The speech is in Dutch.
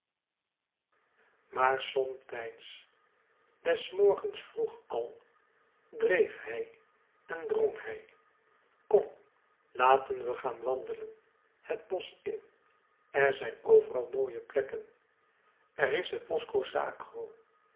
maar somtijds des morgens vroeg al dreef hij en drong hij kom laten we gaan wandelen het bosch in er zijn overal mooie plekken er is het bosco sacro